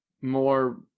more